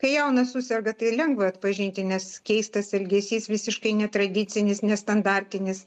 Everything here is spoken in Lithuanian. kai jaunas suserga tai lengva atpažinti nes keistas elgesys visiškai netradicinis nestandartinis